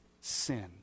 sin